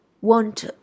want